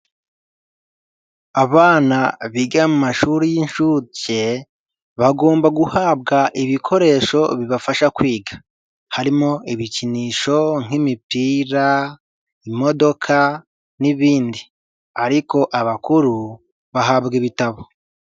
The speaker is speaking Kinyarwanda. Abana biga mu mashuri y'inshuke, bagomba guhabwa ibikoresho bibafasha kwiga. Harimo ibikinisho nk'imipira, imodoka, n'ibindi. Ariko abakuru bahabwa ibitabo.